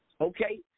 Okay